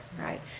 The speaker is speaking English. right